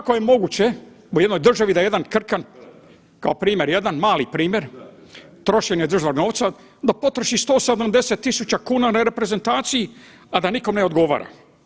Kako je moguće u jednoj državi da jedan krkan kao jedan mali primjer trošenja državnog novca, da potroši 170.000 kuna na reprezentaciji, a da nikom ne odgovara?